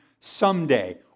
someday